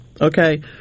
okay